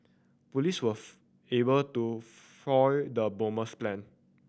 police was able to foil the bomber's plan